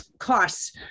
costs